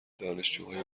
دانشجوهای